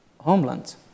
homeland